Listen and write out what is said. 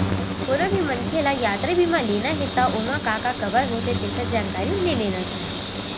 कोनो भी मनखे ल यातरा बीमा लेना हे त ओमा का का कभर होथे तेखर जानकारी ले लेना चाही